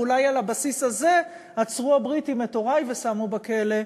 ואולי על הבסיס הזה עצרו הבריטים את הורי ושמו בכלא,